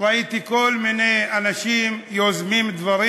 כל מיני אנשים שיוזמים דברים.